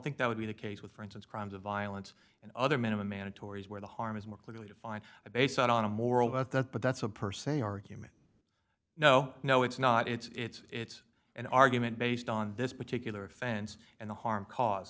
think that would be the case with for instance crimes of violence and other minimum mandatory is where the harm is more clearly defined based on a moral but that but that's a per se argument no no it's not it's an argument based on this particular offense and the harm cause